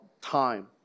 time